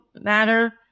matter